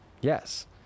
Yes